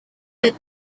that